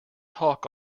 talk